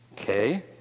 Okay